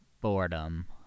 boredom